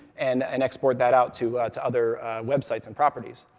and and export that out to out to other websites and properties.